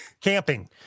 camping